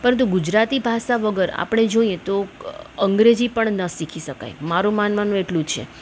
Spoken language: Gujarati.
પરંતુ ગુજરાતી ભાષા વગર આપણે જોઈએ તો અંગ્રેજી પણ ન શીખી શકાય મારું માનવાનું એટલું છે